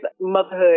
motherhood